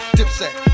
Dipset